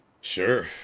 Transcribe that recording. Sure